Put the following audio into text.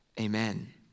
Amen